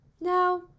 Now